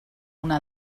una